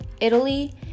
Italy